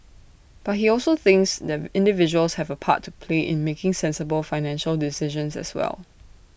but he also thinks that individuals have A part to play in making sensible financial decisions as well